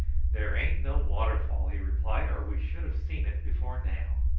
there ain't no waterfall, he replied, or we should have seen it before now.